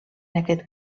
aquest